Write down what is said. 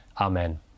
Amen